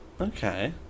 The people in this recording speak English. Okay